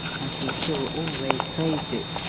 as he still always phrased it,